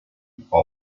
two